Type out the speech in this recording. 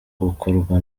gukorwa